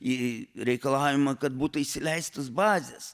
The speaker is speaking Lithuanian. į reikalavimą kad būtų įsileistos bazės